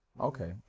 okay